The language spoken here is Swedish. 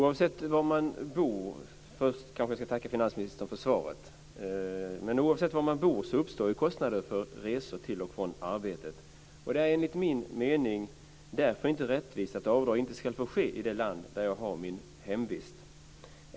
Fru talman! Jag vill först tacka finansministern för svaret. Oavsett var man bor uppstår kostnader för resor till och från arbetet. Det är enligt min mening därför inte rättvist att avdrag inte ska få ske i det land där jag har min hemvist.